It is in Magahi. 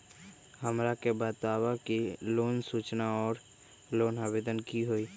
हमरा के बताव कि लोन सूचना और लोन आवेदन की होई?